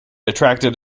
attracted